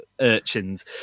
urchins